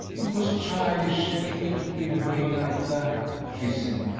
it was childish in me to give way like that, she said,